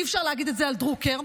אי-אפשר להגיד את זה על דרוקר,